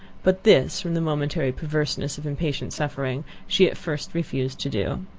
but this, from the momentary perverseness of impatient suffering, she at first refused to do.